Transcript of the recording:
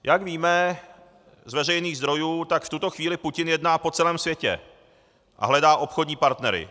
Jak víme z veřejných zdrojů, tak v tuto chvíli Putin jedná po celém světě a hledá obchodní partnery.